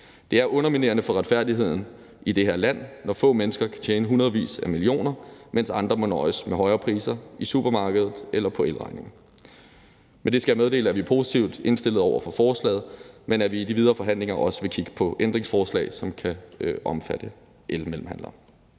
Det er underminerende for retfærdigheden i det her land, når få mennesker kan tjene hundredvis af millioner, mens andre må affinde sig med højere priser i supermarkedet eller på elregningen. Med det skal jeg meddele, at vi er positivt indstillet over for forslaget, men at vi i de videre forhandlinger også vil kigge på ændringsforslag, som kan omfatte elmellemhandlere.